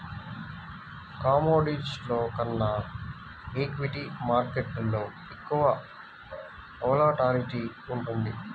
కమోడిటీస్లో కన్నా ఈక్విటీ మార్కెట్టులో ఎక్కువ వోలటాలిటీ ఉంటుంది